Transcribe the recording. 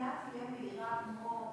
הבנייה תהיה מהירה כמו,